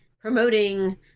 promoting